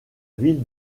ville